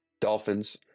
Dolphins